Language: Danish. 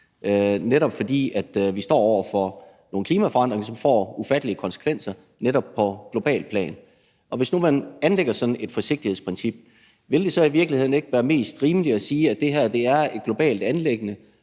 – at vi står over for nogle klimaforandringer, som får forfærdelige konsekvenser netop på globalt plan. Hvis nu man anlægger sådan et forsigtighedsprincip, vil det så i virkeligheden ikke være mest rimeligt at sige, at det her er et globalt anliggende?